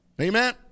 Amen